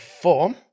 form